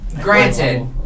Granted